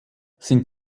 sind